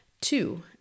Two